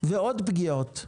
ועוד פגיעות: